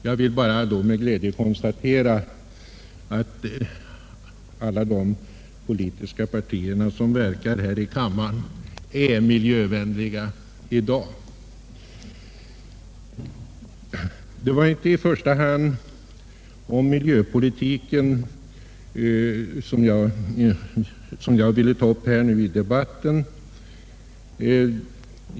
Jag vill endast med glädje konstatera att alla de politiska partier som verkar här i kammaren är miljövänliga i dag. Jag ämnade inte i första hand ta upp miljöpolitiken i mitt inlägg.